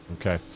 Okay